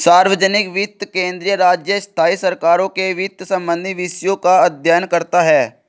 सार्वजनिक वित्त केंद्रीय, राज्य, स्थाई सरकारों के वित्त संबंधी विषयों का अध्ययन करता हैं